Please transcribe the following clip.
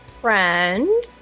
friend